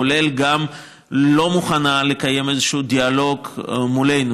כולל גם לא מוכנה לקיים איזשהו דיאלוג איתנו,